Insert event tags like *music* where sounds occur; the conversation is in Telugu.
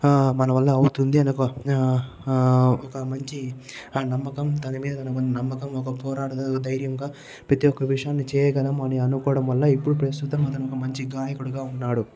ఆ మన వల్ల అవుతుంది అనుకో ఆ ఆ ఒక మంచి నమ్మకం తనమీద ఉన్న నమ్మకం ఒక పోరాడే *unintelligible* ధైర్యంగా ప్రతి ఒక్క విషయాన్ని చేయగలం అనే అనుకోవడం వల్ల ఇప్పుడు ప్రస్తుతం అతను ఒక మంచి గాయకుడుగా ఉన్నాడు